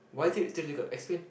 why theatrical explain